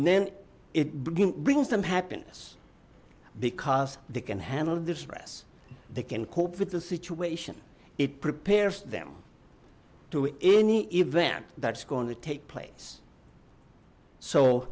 and then it brings them happiness because they can handle the stress they can cope with the situation it prepares them to any event that's going to take place so